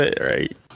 right